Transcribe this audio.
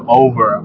over